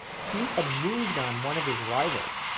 he had moved on one of his rivals,